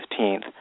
15th